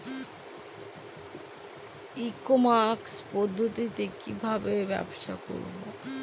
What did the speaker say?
ই commerce পদ্ধতিতে কি ভাবে ব্যবসা করব?